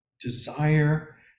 desire